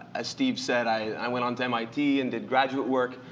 as steve said, i went on to mit and did graduate work.